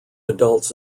adults